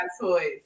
toys